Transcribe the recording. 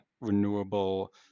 renewable